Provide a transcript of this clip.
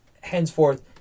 henceforth